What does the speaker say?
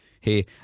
hey